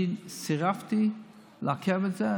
אני סירבתי לעכב את זה.